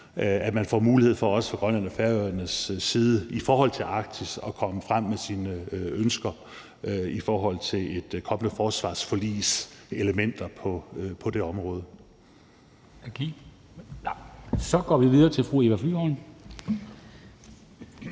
at man får mulighed for også fra Grønland og Færøernes side i forhold til Arktis at komme frem med sine ønsker til et kommende forsvarsforligs elementer på det område. Kl. 18:36 Formanden